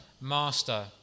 Master